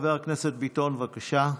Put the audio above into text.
חבר הכנסת ביטון, בבקשה,